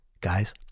guys